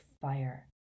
fire